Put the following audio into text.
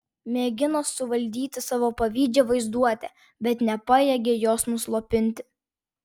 mėgino suvaldyti savo pavydžią vaizduotę bet nepajėgė jos nuslopinti